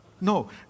no